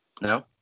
No